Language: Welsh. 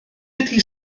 ydy